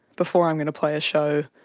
before i'm going to play a show,